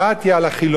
על החילוניות,